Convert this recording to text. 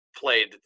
played